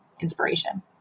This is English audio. inspiration